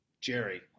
Jerry